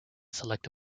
select